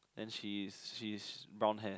and she is she is brown hair